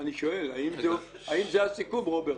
אני שואל: האם זה הסיכום, רוברט?